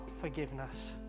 forgiveness